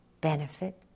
benefit